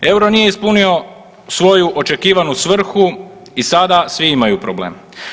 Euro nije ispunio svoju očekivanu svrhu i sada svi imaju problem.